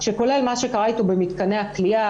שכולל מה שקרה איתו במתקני הכליאה,